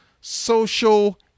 social